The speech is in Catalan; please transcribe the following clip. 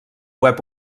web